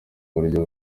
buryo